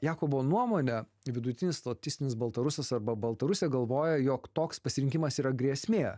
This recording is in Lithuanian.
jakobo nuomone vidutinis statistinis baltarusis arba baltarusė galvoja jog toks pasirinkimas yra grėsmė